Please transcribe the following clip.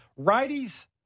Righties